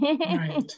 right